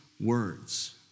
words